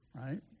right